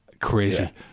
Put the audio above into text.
Crazy